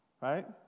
right